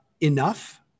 enough